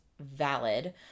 valid